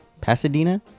Pasadena